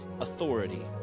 authority